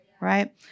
right